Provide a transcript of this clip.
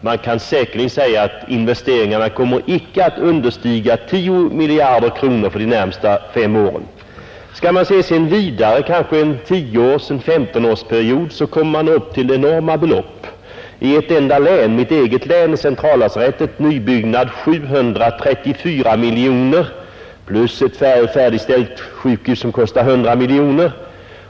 Man kan säkerligen säga att investeringarna icke kommer att understiga 10 miljarder kronor på de närmaste fem åren, Ser man längre framåt — kanske över en tioeller femtonårsperiod — kommer man upp till enorma belopp. I ett enda län — mitt eget län — beräknas för centrallasarettet till nybyggnad 734 miljoner plus ett färdigställt sjukhus som kostar 100 miljoner.